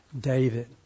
David